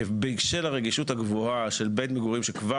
בשל הרגישות הגבוהה של בית מגורים שכבר